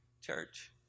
Church